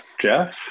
jeff